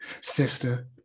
sister